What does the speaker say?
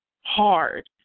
hard